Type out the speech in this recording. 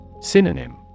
Synonym